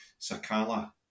Sakala